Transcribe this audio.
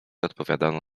odpowiadano